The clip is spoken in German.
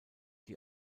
die